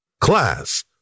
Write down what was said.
Class